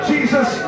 Jesus